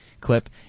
clip